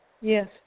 Yes